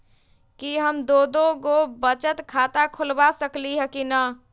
कि हम दो दो गो बचत खाता खोलबा सकली ह की न?